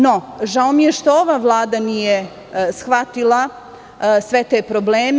No, žao mi je što ova Vlada nije shvatila sve te probleme.